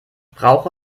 brauche